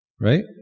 Right